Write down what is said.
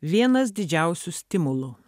vienas didžiausių stimulų